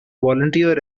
volunteer